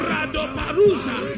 Radoparusa